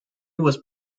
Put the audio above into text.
was